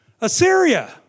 Assyria